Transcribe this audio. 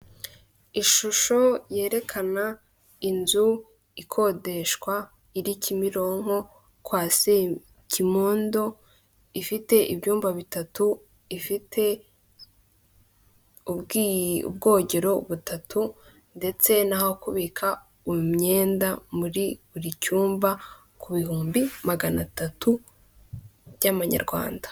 Ku mupira wa kizimyamoto wifashishwa mu gihe habaye inkongi y'umuriro, uba uri ahantu runaka hahurira abantu benshi nko mu masoko, mu mavuriro ndetse no mu ma sitade, uyu mupira wifashishwa ubusukira amazi bitewe n'ahantu inkongi y'umuriro iri.